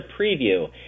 Preview